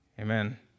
Amen